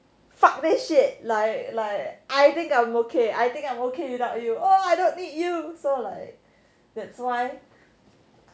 fuck this shit like like I think I'm okay I think I'm okay without you I don't need you so like that's why